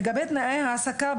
לגבי תנאי ההעסקה,